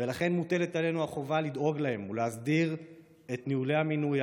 ולכן מוטלת עלינו החובה לדאוג להם ולהסדיר את נוהלי המינוי,